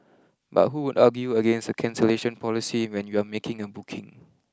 but who would argue against a cancellation policy when you are making a booking